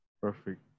perfect